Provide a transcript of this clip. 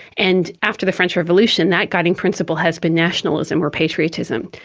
and after the french revolution that guiding principle has been nationalism or patriotism,